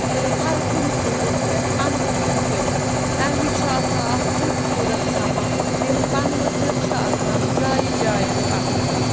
تہٕ ہَر کُنہِ کُلِس ٮ۪ٮ۪ٹھ پَنہٕ ؤتھٕر پٮ۪مٕتۍ تَمہِ وِزِ چھُ آسان اکھ خوٗبصوٗرت سَما تِم پَنہٕ وَتھٕر چھِ آسان جایہِ جاٮ۪ن پَتھ ر